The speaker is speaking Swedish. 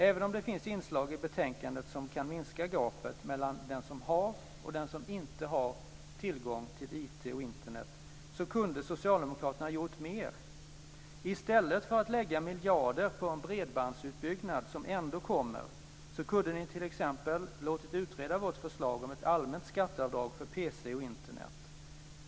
Även om det finns inslag i betänkandet som kan minska gapet mellan den som har och den som inte har tillgång till IT och Internet, så kunde socialdemokraterna ha gjort mer. I stället för att lägga miljarder på en bredbandsutbyggnad som ändå kommer, så kunde ni t.ex. låtit utreda vårt förslag om ett allmänt skatteavdrag för pc och Internet.